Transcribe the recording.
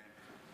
כן.